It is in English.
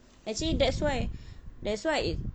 actually that's why that's why it